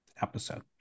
episode